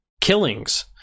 killings